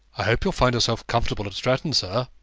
i hope you'll find yourself comfortable at stratton, sir,